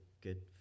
good